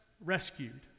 rescued